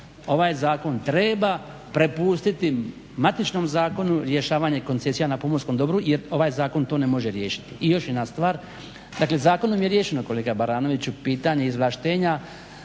ovaj zakon treba prepustiti matičnom zakonu, rješavanje koncesija na pomorskom dobru jer ovaj zakon to ne može riješiti. I još jedna stvar, dakle zakonom je riješeno kolega Baranoviću pitanje izvlaštenja